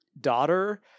daughter